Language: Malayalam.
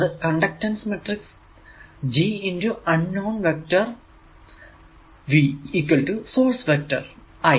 അത് conductance matrix G unknown vector V source vector I